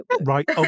right